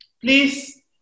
please